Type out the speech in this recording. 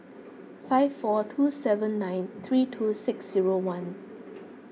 five four two seven nine three two six zero one